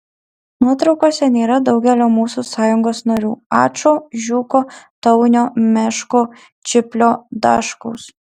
nuotraukose nėra daugelio mūsų sąjungos narių ačo žiūko taunio meško čiplio daškaus